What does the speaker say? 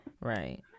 Right